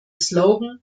slogan